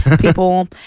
people